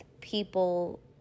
people